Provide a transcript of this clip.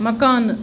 مکانہٕ